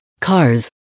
cars